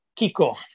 Kiko